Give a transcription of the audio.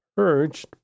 Purged